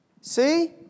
See